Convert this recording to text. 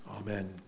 amen